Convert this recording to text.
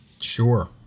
Sure